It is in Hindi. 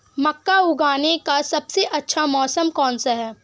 मक्का उगाने का सबसे अच्छा मौसम कौनसा है?